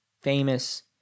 Famous